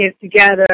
together